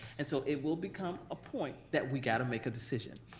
and so it will become a point that we got to make a decision.